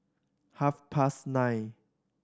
half past nine